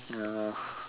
ya